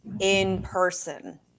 in-person